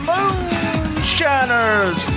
Moonshiners